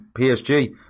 PSG